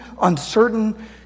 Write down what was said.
uncertain